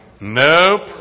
nope